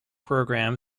program